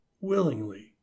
willingly